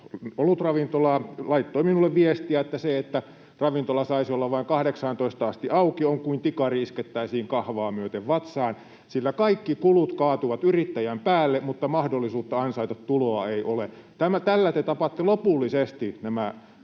olutravintolaa, laittoi minulle viestiä, että se, että ravintola saisi olla vain 18:aan asti auki, on kuin tikari iskettäisiin kahvaa myöten vatsaan, sillä kaikki kulut kaatuvat yrittäjän päälle mutta mahdollisuutta ansaita tuloa ei ole. Tällä te tapatte lopullisesti nämä